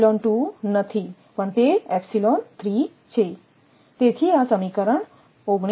તેથી આ સમીકરણ 19 છે